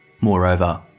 Moreover